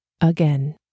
Again